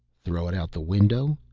throw it out the window.